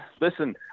listen